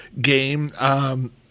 game